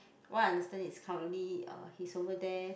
what I understand is currently uh he's over there